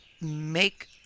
make